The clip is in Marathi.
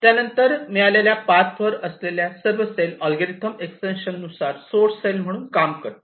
त्यानंतर मिळालेल्या पाथ वर असलेल्या सर्व सेल अल्गोरिदम एक्सटेन्शन अनुसार सोर्स सेल म्हणून काम करतील